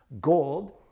gold